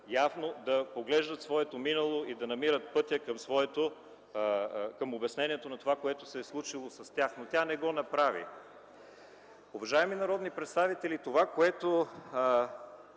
ясно да поглеждат своето минало, и да намират пътя към обяснението на това, което се е случило с тях. Тя обаче не го направи. Уважаеми народни представители, това, което